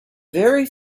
very